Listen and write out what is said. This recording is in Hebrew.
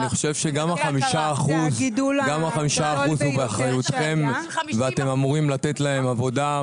אני חושב שגם ה-5% הם באחריותכם ואתם אמורים לתת להם עבודה,